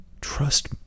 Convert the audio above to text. Trust